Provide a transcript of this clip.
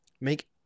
make